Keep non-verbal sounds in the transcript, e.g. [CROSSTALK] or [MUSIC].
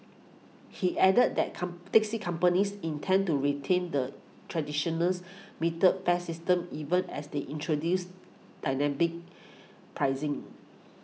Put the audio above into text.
he added that come taxi companies intend to retain the traditional [UNINTELLIGIBLE] metered fare system even as they introduce dynamic pricing